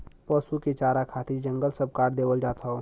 पसु के चारा खातिर जंगल सब काट देवल जात हौ